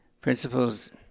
principles